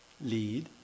Lead